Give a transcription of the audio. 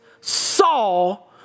Saul